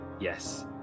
yes